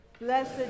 Blessed